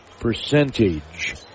percentage